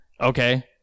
Okay